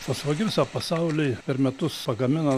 fosfo gipsą pasauly per metus pagamina